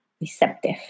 receptive